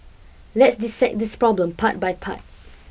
let's dissect this problem part by part